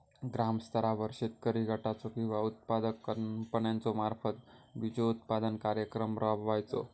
ग्रामस्तरावर शेतकरी गटाचो किंवा उत्पादक कंपन्याचो मार्फत बिजोत्पादन कार्यक्रम राबायचो?